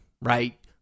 right